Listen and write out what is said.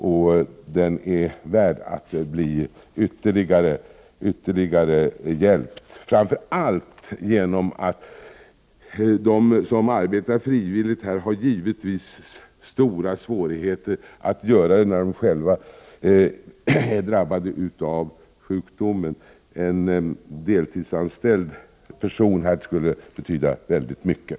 Föreningen är värd att bli ytterligare hjälpt, framför allt på grund av att de som arbetar frivilligt i föreningen givetvis har stora svårigheter att göra det när de själva är drabbade av sjukdomen. En deltidsanställd person här skulle betyda väldigt mycket.